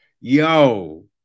Yo